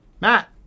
Matt